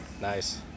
Nice